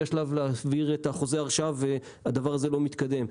השלב להסדיר את החוזר עכשיו והדבר הזה לא מתקדם.